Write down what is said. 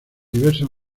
diversas